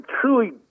truly